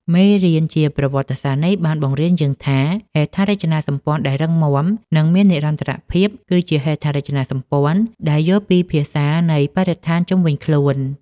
មេរៀនជាប្រវត្តិសាស្ត្រនេះបានបង្រៀនយើងថា ហេដ្ឋារចនាសម្ព័ន្ធដែលរឹងមាំ និងមាននិរន្តរភាព គឺជាហេដ្ឋារចនាសម្ព័ន្ធដែលយល់ពីភាសានៃបរិស្ថានជុំវិញខ្លួន។